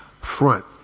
front